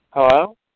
Hello